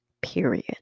period